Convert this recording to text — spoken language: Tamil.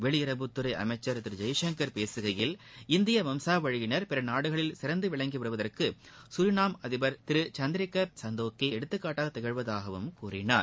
வெளியுறவுத்துறை அமைச்சர் திரு ஜெய்சங்கர் பேசுகையில் இந்திய வம்சாவழியினர் பிற நாடுகளில் சிறந்து விளங்கி வருவதற்கு சூரிநாம் அதிபர் திரு சந்தோக்கி எடுத்துக்காட்டாக திகழ்வதாகவும் சுழினார்